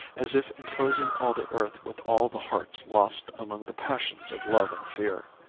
as if enclosing all the earth with all the hearts lost among the passions of love and fear.